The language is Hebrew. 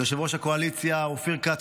ליושב-ראש הקואליציה אופיר כץ,